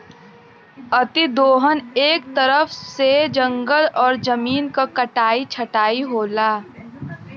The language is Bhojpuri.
अति दोहन एक तरह से जंगल और जमीन क कटाई छटाई होला